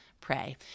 pray